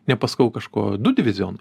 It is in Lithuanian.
nepasakau kažko du divizionai